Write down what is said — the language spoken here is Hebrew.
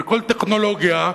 וכל טכנולוגיה,